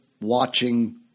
watching